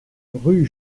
rue